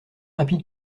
rapide